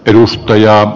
edustajaa